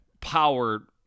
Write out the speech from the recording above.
power